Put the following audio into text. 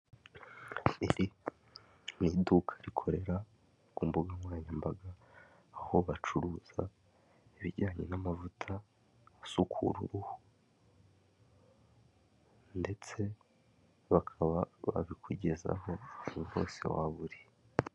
Iri ni iduka rikorera ku mbuga nkoranyambaga aho bacuruza ibijyanye n'amavuta asukura uruhu ndetse bakaba babikugezaho ahantu hose waba uri.